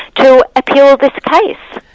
to appeal this case?